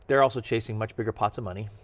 they're also chasing much bigger pots of money.